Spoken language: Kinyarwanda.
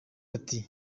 ati